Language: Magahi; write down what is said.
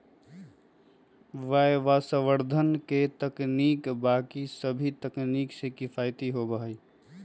वायवसंवर्धन के तकनीक बाकि सभी तकनीक से किफ़ायती होबा हई